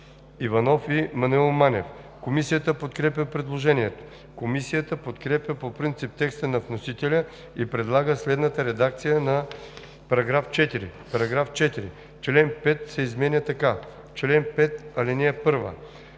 Иванов и Маноил Манев. Комисията подкрепя предложението. Комисията подкрепя по принцип текста на вносителя и предлага следната редакция на § 4: „§ 4. Член 5 се изменя така: „Чл. 5. (1) Забранява